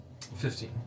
Fifteen